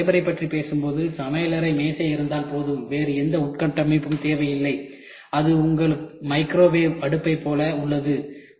எனவே ஃபேபரைப் பற்றி பேசும்போது சமையலறை மேசை இருந்தால் போதும்வேறு எந்த உள்கட்டமைப்பும் தேவையில்லை அது உங்கள் மைக்ரோவேவ் அடுப்பைப் போலவே உள்ளது